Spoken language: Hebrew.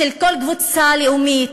של כל קבוצה לאומית,